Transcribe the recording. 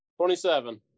27